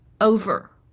over